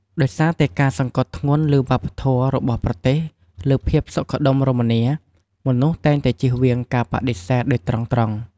ដោយសារតែការសង្កត់ធ្ងន់លើវប្បធម៌របស់ប្រទេសលើភាពសុខដុមរមនា មនុស្សតែងតែជៀសវាងការបដិសេធដោយត្រង់ៗ។